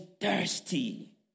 thirsty